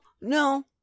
no